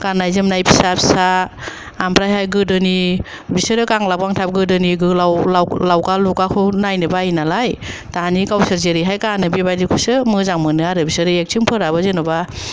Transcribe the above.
गाननाय जोमनाय फिसा फिसा आमफ्रायहाय गोदोनि बिसोरो गांलाब गांथाब गोदोनि गोलाव लावगा लुगाखौ नायनो बायोनालाय दानि गावसोर जेरैहाय गानो बेबादिखौसो मोजां मोनो आरो बिसोरो एक्टिं फोराबो जेनबा